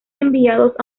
enviados